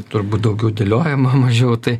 turbūt daugiau dėliojama mažiau tai